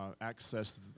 access